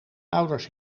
ouders